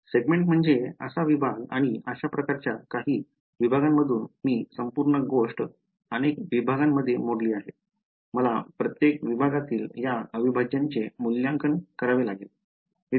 segment म्हणजे असा विभाग आणि अशा प्रकारच्या काही विभागांमधून मी संपूर्ण गोष्ट अनेक विभागांमध्ये मोडली आहे मला प्रत्येक विभागातील या अविभाज्याचे मूल्यांकन करावे लागेल